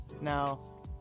Now